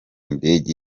ndege